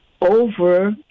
over